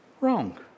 wrong